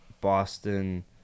Boston